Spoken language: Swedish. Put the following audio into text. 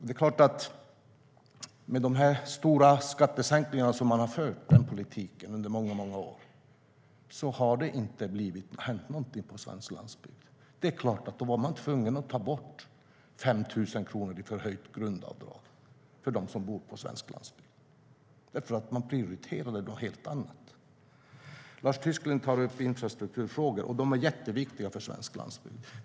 Det är klart att med den politik med stora skattesänkningar som man har fört under många år har det inte hänt någonting på svensk landsbygd. Då var man såklart tvungen att ta bort 5 000 kronor i förhöjt grundavdrag för dem som bor på svensk landsbygd. Man prioriterade något helt annat. Lars Tysklind tar upp infrastrukturfrågor. De är jätteviktiga för svensk landsbygd.